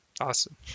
Awesome